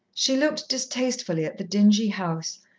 she looked distastefully at the dingy house,